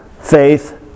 faith